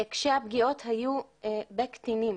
כשהפגיעות היו בקטינים.